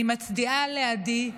אני מצדיעה לעדי,